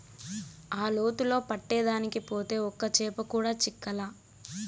ఆ లోతులో పట్టేదానికి పోతే ఒక్క చేప కూడా చిక్కలా